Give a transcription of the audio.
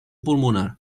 pulmonar